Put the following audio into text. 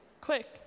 Quick